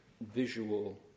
visual